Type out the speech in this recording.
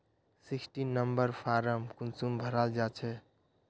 Sixteen number form कुंसम भराल जाछे?